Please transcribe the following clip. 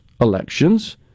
elections